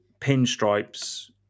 pinstripes